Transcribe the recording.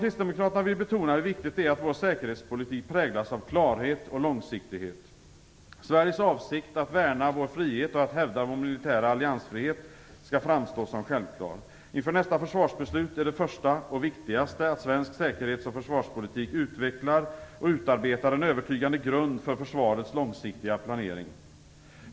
Kristdemokraterna vill betona hur viktigt det är att vår säkerhetspolitik präglas av klarhet och långsiktighet. Sveriges avsikt att värna vår frihet och att hävda vår militära alliansfrihet skall framstå som självklar. Inför nästa försvarsbeslut är det första och viktigaste att svensk säkerhets och försvarspolitik utvecklar och utarbetar en övertygande grund för försvarets långsiktiga planering.